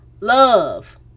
love